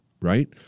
right